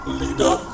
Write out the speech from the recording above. leader